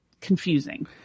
confusing